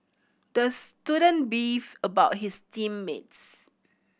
the student beefed about his team mates